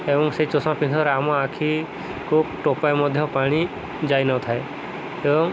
ଏବଂ ସେ ଚଷମା ପିନ୍ଧାର ଆମ ଆଖିକୁ ଟୋପା ମଧ୍ୟ ପାଣି ଯାଇନଥାଏ ଏବଂ